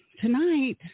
Tonight